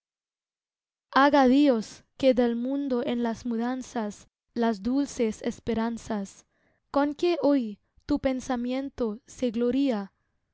dios que del mundo en las mudanzas las dulces esperanzas con que hoy tu pensamiento se gloría